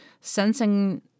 sensing